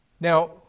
Now